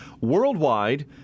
worldwide